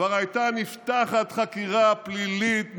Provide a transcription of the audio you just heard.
כבר הייתה נפתחת חקירה פלילית מזמן.